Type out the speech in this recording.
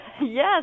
Yes